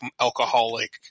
alcoholic